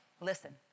listen